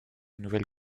nouvelle